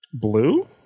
Blue